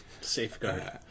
safeguard